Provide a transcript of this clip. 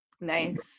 Nice